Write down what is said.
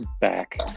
back